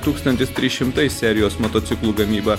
tūkstantis trys šimtai serijos motociklų gamybą